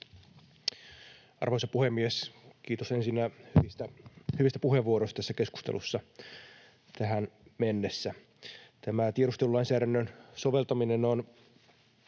Arvoisa puhemies! Kiitos ensinnä näistä hyvistä puheenvuoroista tässä keskustelussa tähän mennessä. Tämä tiedustelulainsäädännön soveltaminen on